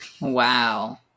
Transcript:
Wow